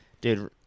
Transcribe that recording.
dude